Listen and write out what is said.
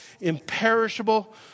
imperishable